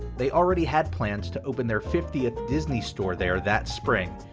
they already had plans to open their fiftieth disney store there that spring,